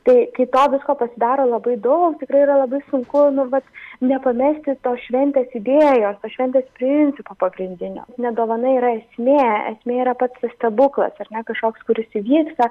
tai kai to visko pasidaro labai daug tikrai yra labai sunku nu vat nepamesti tos šventės idėjos tos šventės principo pagrindinio ne dovana yra esmė esmė yra pats stebuklas ar ne kažkoks kuris įvyksta